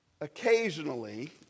Occasionally